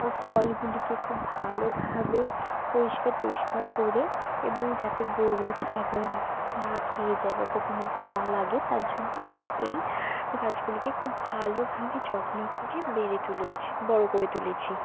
ও ফলগুলিকে খুব ভালোভাবে পরিষ্কার টরিষ্কার করে এবং যাতে গরু ছাগল না খেয়ে যায় বা পোকামাকড় না লাগে তার জন্য আমি এই গাছগুলিকে খুব ভালোভাবে যত্ন করে বেড়ে তুলেছি বড় করে তুলেছি